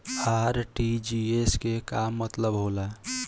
RTGS के का मतलब होला?